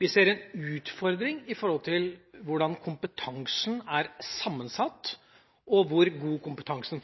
Vi ser en utfordring når det gjelder hvordan kompetansen er sammensatt, og hvor god kompetansen